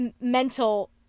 mental